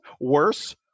worse